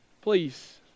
Please